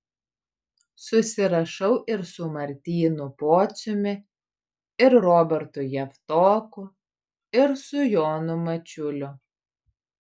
susirašau ir su martynu pociumi ir robertu javtoku ir su jonu mačiuliu